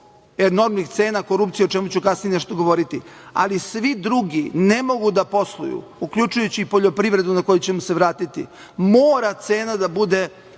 enormnih cena korupcije o čemu ću kasnije nešto govoriti. Svi drugi ne mogu da posluju, uključujući i poljoprivredu na koju ću se vratiti. Mora cena da bude